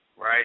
right